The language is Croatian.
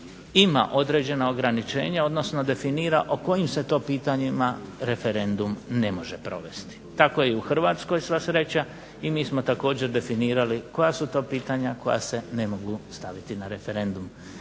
ima određena ograničenja, odnosno definira o kojim se to pitanjima referendum ne može provesti. Tako je i u Hrvatskoj sva sreća, i mi smo također definirali koja su to pitanja koja se ne mogu staviti na referendum,